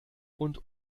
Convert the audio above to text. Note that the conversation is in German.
und